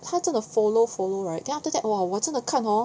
他真的 follow follow right then after that !wah! 我真的看 hor